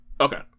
okay